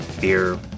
beer